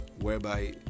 whereby